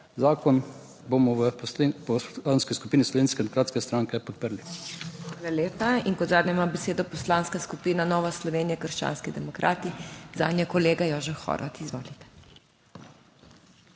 Zakon bomo v Poslanski skupini Slovenske demokratske stranke podprli.